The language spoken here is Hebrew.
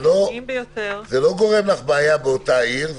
זה לא גורם לך בעיה באותה עיר,